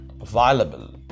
available